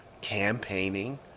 campaigning